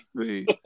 See